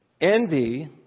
Envy